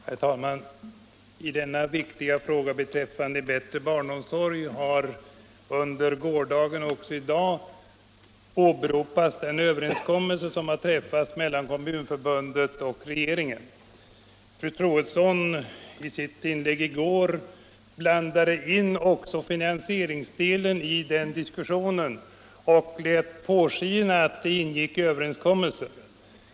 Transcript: Herr talman! I denna viktiga fråga beträffande bättre barnomsorg har under gårdagen och också i dag åberopats den överenskommelse som träffats mellan Kommunförbundet och regeringen. Fru Troedsson blandade i sitt inlägg i går också in finansieringsdelen i den diskussionen och lät påskina att den ingick i överenskommelsen.